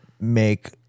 make